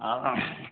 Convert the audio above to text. ஆ